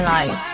Life